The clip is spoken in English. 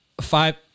five